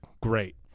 great